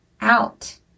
out